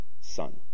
son